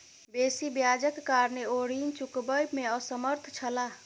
बेसी ब्याजक कारणेँ ओ ऋण चुकबअ में असमर्थ छला